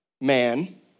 man